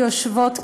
שיושבות כאן,